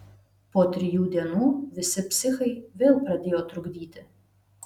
po trijų dienų visi psichai vėl pradėjo trukdyti